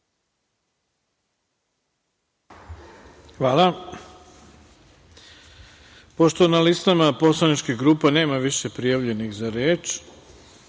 Hvala. Pošto na listama poslaničkih grupa više nema prijavljenih za reč,